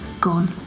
gone